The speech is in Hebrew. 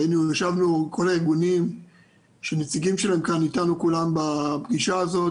וישבנו עם כל הארגונים שהנציגים שלהם כולם בפגישה הזאת,